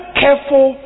careful